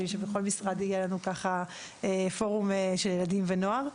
ושבכל משרד יהיה פורום של ילדים ונוער.